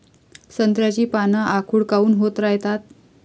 संत्र्याची पान आखूड काऊन होत रायतात?